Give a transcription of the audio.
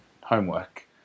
homework